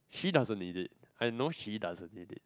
she doesn't need it I know she doesn't need it